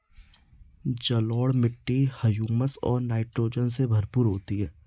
जलोढ़ मिट्टी हृयूमस और नाइट्रोजन से भरपूर होती है